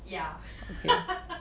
yeah